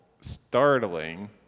startling